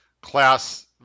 class –